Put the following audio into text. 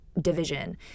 division